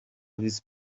visi